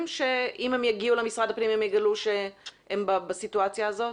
שאם הם יגיעו למשרד הפנים הם יגלו שהם בסיטואציה הזאת,